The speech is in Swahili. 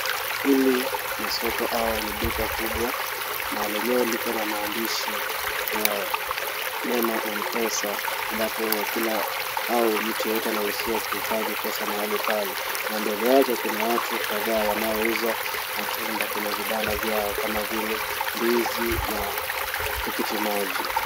Hili ni soko au ni duka kubwa na lenyewe liko na maandishi ya neno M-pesa ambapo kila au mtu yeyote anaruhusiwa kuhifadhi pesa mahali pale na mbele yake kuna watu kadhaa wanaouza matunda kwenye vibanda vyao kama vile ndizi na tikitimaji.